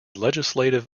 legislative